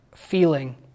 feeling